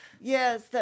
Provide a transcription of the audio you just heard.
Yes